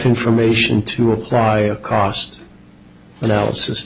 information to apply a cost analysis